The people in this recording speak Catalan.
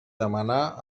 demanà